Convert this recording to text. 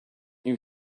you